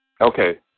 Okay